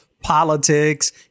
politics